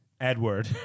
Edward